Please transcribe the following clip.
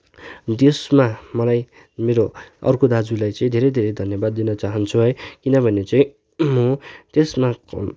त्यसमा मलाई मेरो अर्को दाजुलाई चाहिँ धेरै धेरै धन्यवाद दिन चहान्छु है किनभने चाहिँ म त्यसमा